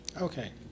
Okay